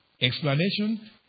explanation